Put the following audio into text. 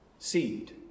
seed